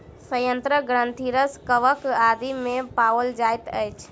सयंत्र ग्रंथिरस कवक आदि मे पाओल जाइत अछि